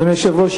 אדוני היושב-ראש,